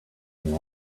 and